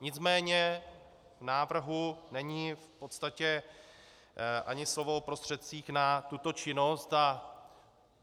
Nicméně v návrhu není v podstatě ani slovo o prostředcích na tuto činnost, a